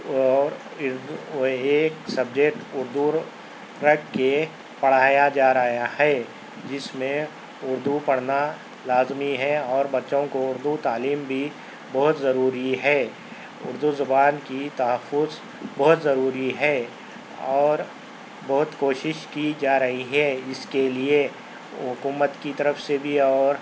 اور ارد وہ ایک سبجیکٹ اردو رکھ کے پڑھایا جا رہا ہے جس میں اردو پڑھنا لازمی ہے اور بچوں کو اردو تعلیم بھی بہت ضروری ہے اردو زبان کی تحفظ بہت ضروری ہے اور بہت کوشش کی جا رہی ہے اس کے لئے حکومت کی طرف سے بھی اور